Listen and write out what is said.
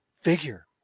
Figure